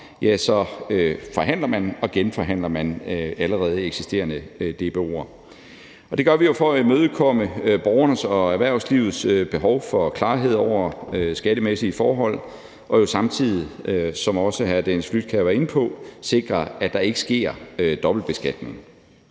rammer forhandler og genforhandler allerede eksisterende DBO'er. Det gør vi jo for at imødekomme borgernes og erhvervslivets behov for klarhed over skattemæssige forhold og – som hr. Dennis Flydtkjær også var inde på – jo samtidig for at sikre, at der ikke sker dobbeltbeskatning.